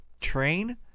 train